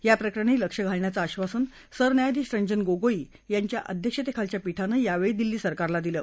या प्रकरणी लक्ष घालण्याचं आश्वासन सरन्यायाधीश रंजन गोगोई यांच्या अध्यक्षतेखालच्या पीठानं यावेळी दिल्ली सरकारला दिलं